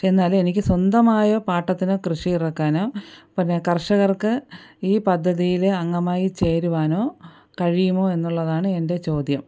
എന്നാലും എനിക്ക് സ്വന്തമായോ പാട്ടത്തിനോ കൃഷിയിറക്കാനോ പിന്നെ കർഷകർക്ക് ഈ പദ്ധതിയിൽ അംഗമായി ചേരുവാനോ കഴിയുമോ എന്നുള്ളതാണ് എൻ്റെ ചോദ്യം